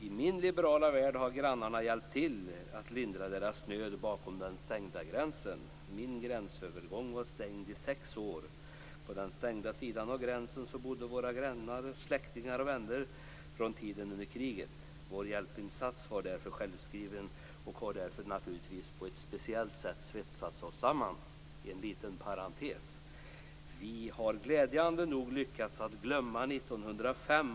I min liberala värld har grannar hjälpt till att lindra deras nöd bakom den stängda gränsen. Min gränsövergång var stängd i sex år. På den andra sidan om den stängda gränsen bodde våra grannar, släktingar och vänner från tiden före kriget. Vår hjälpinsats var därför självskriven, och den har svetsat oss samman på ett speciellt sätt. En liten parentes är att vi glädjande nog har lyckats att glömma 1905.